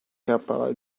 capella